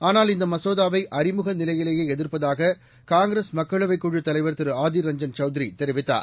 ஆனால் இந்த மசோதாவை அறிமுக நிலையிலேயே எதிர்ப்பதாக காங்கிரஸ் மக்களவைக் குழுத் தலைவர் திரு அதிர் ரஞ்ஜன் கௌத்ரி தெரிவித்தார்